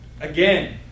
Again